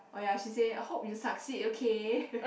oh ya she say hope you succeed okay